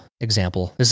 example